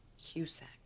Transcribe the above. Cusack